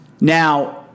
Now